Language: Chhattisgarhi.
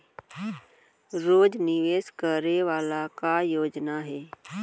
रोज निवेश करे वाला का योजना हे?